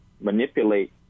manipulate